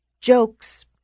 Jokes